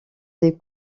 des